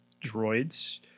droids